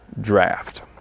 draft